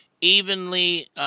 evenly